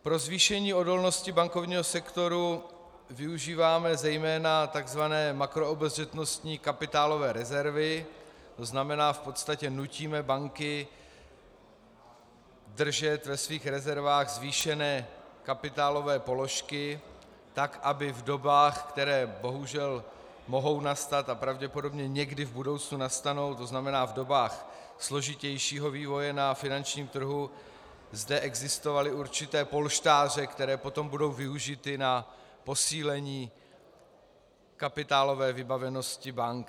Pro zvýšení odolnosti bankovního sektoru využíváme zejména tzv. makroobezřetnostní kapitálové rezervy, to znamená v podstatě nutíme banky držet ve svých rezervách zvýšené kapitálové položky, tak aby v dobách, které bohužel mohou nastat a pravděpodobně někdy v budoucnu nastanou, to znamená, v dobách složitějšího vývoje na finančním trhu, zde existovaly určité polštáře, které potom budou využity na posílení kapitálové vybavenosti bank.